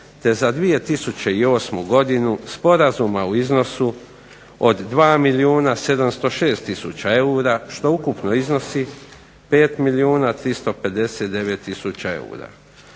te za 2008. godinu sporazuma u iznosu od 2 milijuna 706 tisuća eura, što ukupno iznosi 5 milijuna 359 tisuća eura.